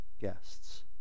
guests